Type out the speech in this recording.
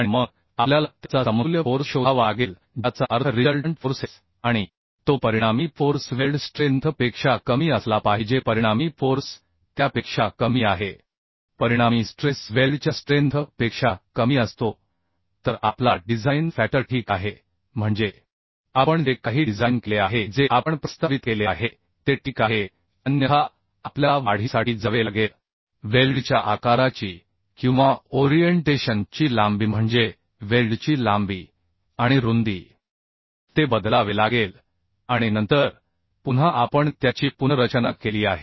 आणि मग आपल्याला त्याचा समतुल्य फोर्स शोधावा लागेल ज्याचा अर्थ रिजल्टंट फोर्सेस आणि तो परिणामी फोर्स वेल्ड स्ट्रेंथ पेक्षा कमी असला पाहिजे परिणामी फोर्स त्यापेक्षा कमी आहे परिणामी स्ट्रेस वेल्डच्या स्ट्रेंथ पेक्षा कमी असतो तर आपला डिझाइन फॅक्टर ठीक आहे म्हणजे आपण जे काही डिझाइन केले आहे जे आपण प्रस्तावित केले आहे ते ठीक आहे अन्यथा आपल्याला वाढीसाठी जावे लागेल वेल्डच्या आकाराची किंवा ओरिएंटेशन ची लांबी म्हणजे वेल्डची लांबी आणि रुंदी ते बदलावे लागेल आणि नंतर पुन्हा आपण त्याची पुनर्रचना केली आहे